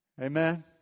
Amen